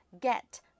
Get